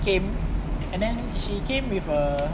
came and then she came with a